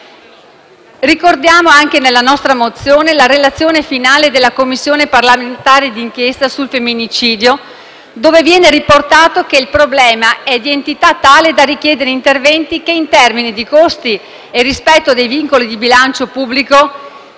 ricordiamo anche la relazione finale della Commissione parlamentare d'inchiesta sul femminicidio nella quale viene affermato che il problema è di entità tale da richiedere interventi che in termini di costi e rispetto dei vincoli di bilancio pubblico